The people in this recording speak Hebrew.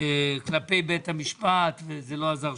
כלפי בית המשפט וזה לא עזר.